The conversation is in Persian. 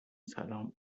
سلام